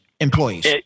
employees